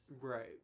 Right